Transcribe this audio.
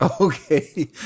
Okay